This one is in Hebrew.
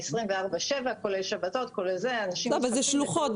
אבל זה שלוחות.